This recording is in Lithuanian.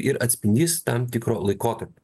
ir atspindys tam tikro laikotarpio